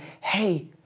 hey